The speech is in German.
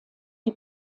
die